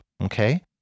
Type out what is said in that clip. okay